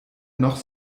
noch